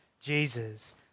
Jesus